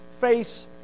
face